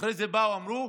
אחרי זה באו ואמרו: